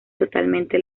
totalmente